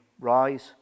Rise